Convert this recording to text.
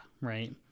right